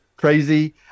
crazy